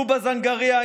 טובא-זנגרייה,